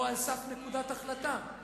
או על סף נקודת החלטה.